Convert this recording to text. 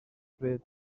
bryd